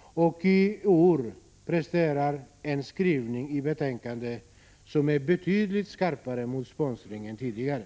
och i år presterar en skrivning i betänkandet som är betydligt skarpare mot sponsring än tidigare.